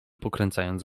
pokręcając